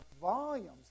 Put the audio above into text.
volumes